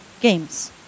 games